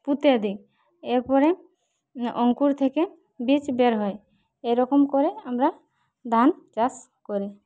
পুঁতে দিই এরপরে অঙ্কুর থেকে বীজ বের হয় এরকম করে আমরা ধান চাষ করি